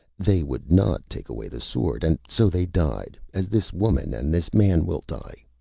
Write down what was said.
they would not take away the sword. and so they died, as this woman and this man will die,